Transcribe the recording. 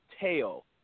tail